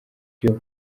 byo